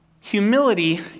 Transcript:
Humility